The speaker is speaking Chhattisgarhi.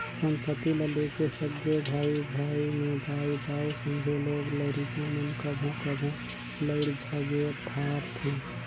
संपत्ति ल लेके सगे भाई भाई में दाई दाऊ, संघे लोग लरिका मन कभों कभों लइड़ झगेर धारथें